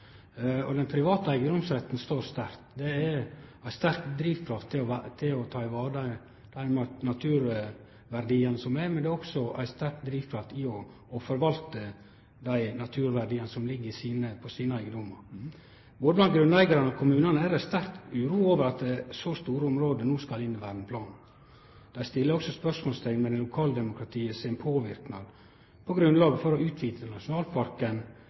Den private eigedomsretten står sterkt. Han er ei sterk drivkraft til å ta vare på dei naturverdiane som er, men han er også ei sterk drivkraft til å forvalte dei naturverdiane som ligg på eigne eigedomar. Både blant grunneigarane og i kommunane er det sterk uro over at så store område no skal inn i verneplanen. Dei set også spørjeteikn ved lokaldemokratiet sin påverknad på grunnlaget for å utvide nasjonalparken